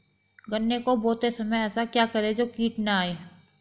गन्ने को बोते समय ऐसा क्या करें जो कीट न आयें?